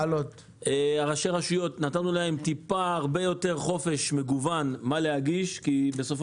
נתנו לראשי הרשויות הרבה יותר חופש מגוון מה להגיש כי בסופו